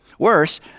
Worse